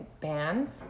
bands